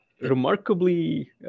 remarkably